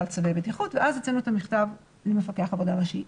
צווי בטיחות ואז הוצאנו את המכתב למפקח העבודה הראשי.